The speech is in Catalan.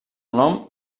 nom